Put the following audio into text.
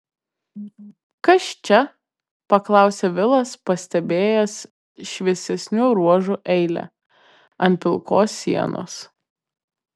kas čia paklausė vilas pastebėjęs šviesesnių ruožų eilę ant pilkos sienos